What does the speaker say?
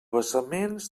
vessaments